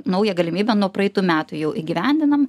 naują galimybę nuo praeitų metų jau įgyvendinam